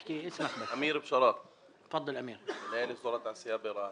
אמיר: מנהל אזור התעשייה רהט.